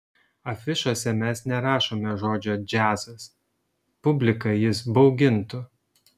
afišose mes nerašome žodžio džiazas publiką jis baugintų